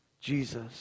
Jesus